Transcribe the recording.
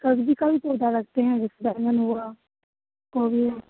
सब्जी का भी पौधा रखते हैं जैसे हुआ